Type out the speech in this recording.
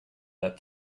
that